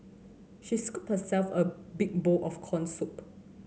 she scooped herself a big bowl of corn soup